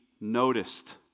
noticed